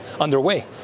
underway